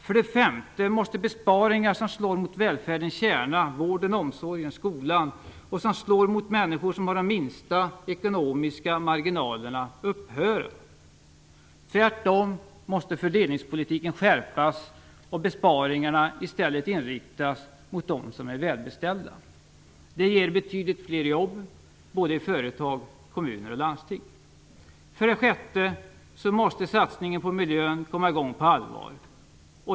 För det femte måste besparingar som slår mot välfärdens kärna - vården, omsorgen och skolan - och som slår mot de människor som har de minsta ekonomiska marginalerna, upphöra. Tvärtom måste fördelningspolitiken skärpas och besparingarna i stället inriktas mot dem som är välbeställda. Det ger betydligt fler jobb både i företag, kommuner och landsting. För det sjätte måste satsningen på miljön komma i gång på allvar.